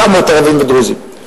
900 ערבים ודרוזים.